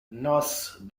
nos